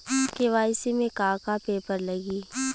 KYC में का का पेपर लगी?